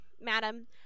madam